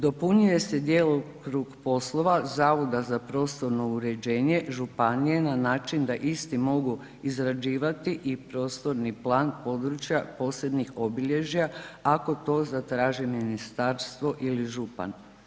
Dopunjuje se djelokrug poslova Zavoda za prostorno uređenje županije na način da isti mogu izrađivati i prostorni plan područja posebnih obilježja ako to zatraži ministarstvo ili župan.